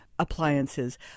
appliances